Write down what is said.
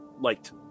liked